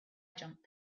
jump